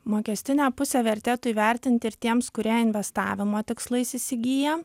mokestinę pusę vertėtų įvertinti ir tiems kurie investavimo tikslais įsigyja